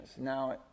Now